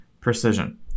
precision